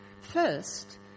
First